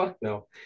no